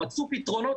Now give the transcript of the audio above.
שמצאו פתרונות,